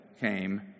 came